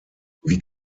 wie